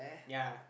ya